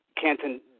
Canton